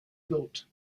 built